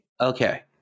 Okay